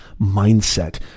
mindset